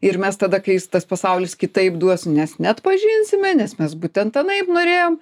ir mes tada kai jis tas pasaulis kitaip duos mes neatpažinsime nes mes būtent anaip norėjom